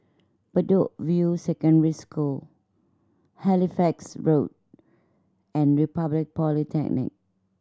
Bedok View Secondary School Halifax Road and Republic Polytechnic